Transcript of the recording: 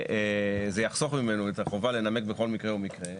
שזה יחסוך ממנו את החובה לנמק בכל מקרה ומקרה,